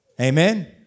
Amen